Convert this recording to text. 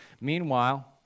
Meanwhile